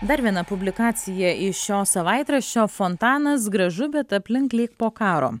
dar viena publikacija iš šio savaitraščio fontanas gražu bet aplink lyg po karo